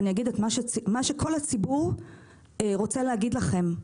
ואני אגיד את מה שכל הציבור רוצה להגיד לכם,